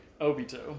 Obito